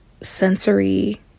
sensory